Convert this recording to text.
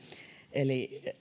eli